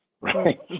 right